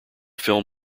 film